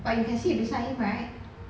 but you can sit beside him right